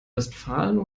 westfalen